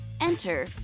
Enter